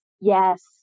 Yes